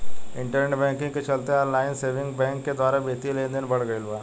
internet banking के चलते online saving bank के द्वारा बित्तीय लेनदेन बढ़ गईल बा